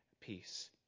peace